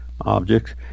objects